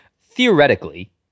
theoretically